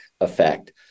effect